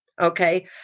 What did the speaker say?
okay